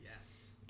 Yes